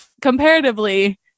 comparatively